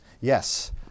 Yes